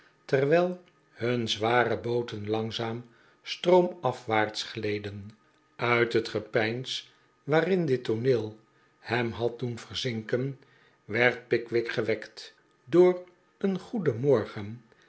terwijl hun zware booten langzaam stroomafwaarts gleden uit het gepeins waarin dit tooneel hem had doen verzinken werd pickwick gewekt door een goedenmorgen